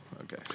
okay